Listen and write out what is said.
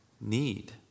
need